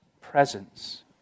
presence